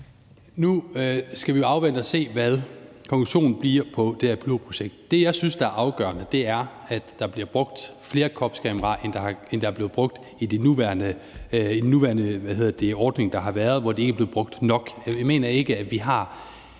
Nu skal vi jo afvente og se, hvad konklusionen bliver på det her pilotprojekt. Det, jeg synes er afgørende, er, at der bliver brugt flere kropskameraer, end der er blevet brugt i den nuværende ordning, der har været, hvor det ikke er blevet brugt nok. Jeg mener ikke, at vi har